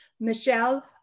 Michelle